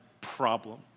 problem